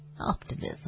Optimism